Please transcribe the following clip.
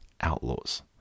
outlaws